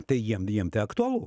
tai jiem jiem tai aktualu